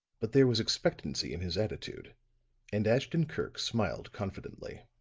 but there was expectancy in his attitude and ashton-kirk smiled confidently.